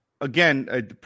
again